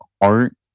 art